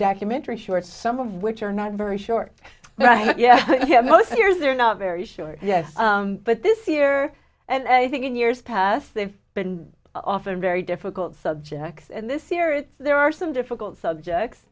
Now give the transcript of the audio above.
documentary short some of which are not very short but yeah most years they're not very short yes but this year and i think in years past they've been often very difficult subjects and this year it's there are some difficult subjects